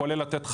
כולל לתת חזון,